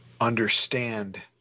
understand